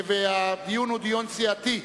והדיון הוא דיון סיעתי.